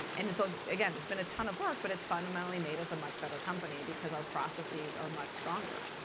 and so again, it's been a ton of work, but it's fundamentally made us a much better company because our processes are much stronger.